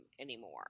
anymore